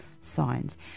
Signs